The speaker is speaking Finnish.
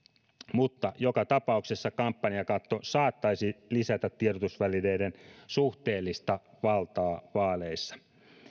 mutta joka tapauksessa kampanjakatto saattaisi lisätä tiedotusvälineiden suhteellista valtaa vaaleissa